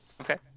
Okay